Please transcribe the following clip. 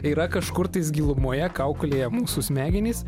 yra kažkur tais gilumoje kaukolėje mūsų smegenys